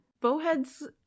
Bowheads